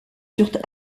furent